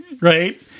right